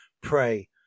pray